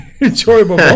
enjoyable